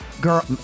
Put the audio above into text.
girl